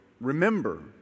remember